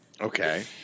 Okay